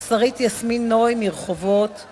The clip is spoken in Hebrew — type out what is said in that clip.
שרית יסמין נוי מרחובות